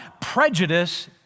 prejudice